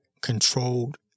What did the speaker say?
controlled